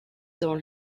dans